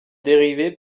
dérivées